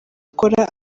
akora